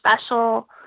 special